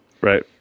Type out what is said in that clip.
Right